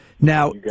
Now